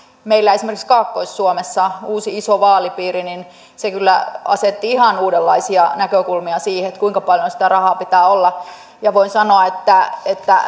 meillä esimerkiksi kaakkois suomessa on uusi iso vaalipiiri niin se kyllä asetti ihan uudenlaisia näkökulmia siihen kuinka paljon sitä rahaa pitää olla ja voin sanoa että